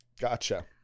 Gotcha